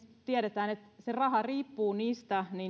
tiedetään että se raha riippuu niistä